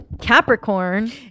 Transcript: Capricorn